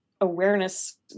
awareness